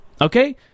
Okay